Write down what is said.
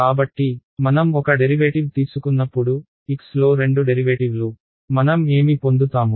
కాబట్టి మనం ఒక డెరివేటివ్ తీసుకున్నప్పుడు x లో రెండు డెరివేటివ్లు మనం ఏమి పొందుతాము